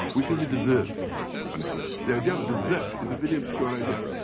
we feel he deserves punishment. the idea of desert is a very obscure idea.